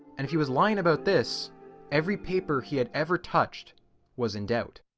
and if he was lying about this every paper he had ever touched was in doubt.